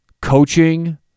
coaching